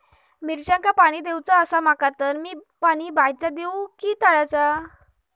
मिरचांका पाणी दिवचा आसा माका तर मी पाणी बायचा दिव काय तळ्याचा?